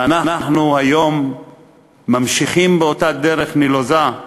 ואנחנו היום ממשיכים, באותה דרך נלוזה,